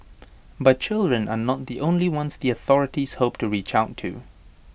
but children are not the only ones the authorities hope to reach out to